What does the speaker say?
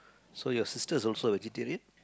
so your sister is also vegetarian